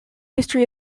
history